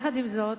יחד עם זאת,